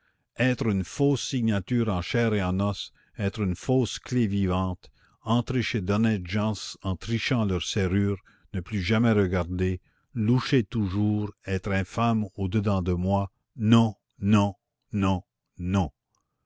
être une fausse signature en chair et en os être une fausse clef vivante entrer chez d'honnêtes gens en trichant leur serrure ne plus jamais regarder loucher toujours être infâme au dedans de moi non non non non